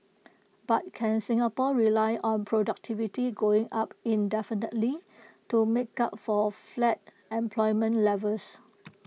but can Singapore rely on productivity going up indefinitely to make up for flat employment levels